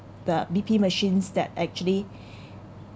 the B_P machines that actually